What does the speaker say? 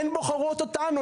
הן בוחרות אותנו.